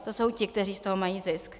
To jsou ti, kteří z toho mají zisk.